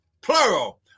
plural